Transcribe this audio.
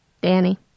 Danny